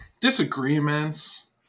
disagreements